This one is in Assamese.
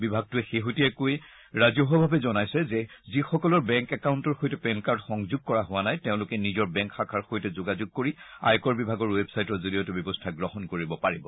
বিভাগটোৱে শেহতীয়া কৈ ৰাজহুৱাভাৱে জনাইছে যে যি সকলৰ বেংক একাউণ্টৰ সৈতে পেনকাৰ্ড সংযোগ কৰা নাই তেওঁলোকে নিজৰ বেংক শাখাৰ সৈতে যোগাযোগ কৰি আয়কৰ বিভাগৰ ৱেবছাইটৰ জৰিয়তে ব্যৱস্থা গ্ৰহণ কৰিব পাৰিব